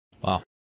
Wow